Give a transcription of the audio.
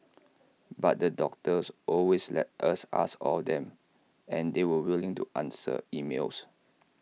but the doctors always let us ask all them and they were willing to answer emails